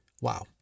Wow